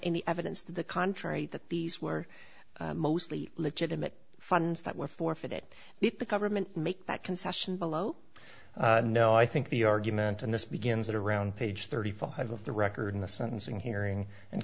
any evidence to the contrary that these were mostly legitimate funds that were forfeited the government make that concession below no i think the argument and this begins at around page thirty five of the record in the sentencing hearing and